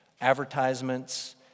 advertisements